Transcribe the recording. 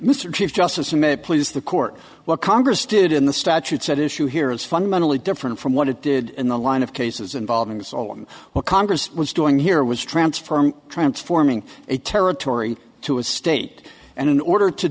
mr chief justice may please the court what congress did in the statutes at issue here is fundamentally different from what it did in the line of cases involving the solemne well congress was doing here was transform transforming a territory to a state and in order to